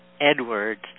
Edwards